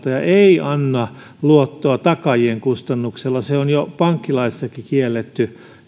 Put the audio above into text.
ei anna luottoa takaajien kustannuksella se on jo pankkilaissakin kielletty